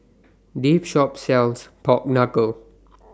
This Shop sells Pork Knuckle